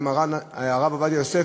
עם מרן הרב עובדיה יוסף,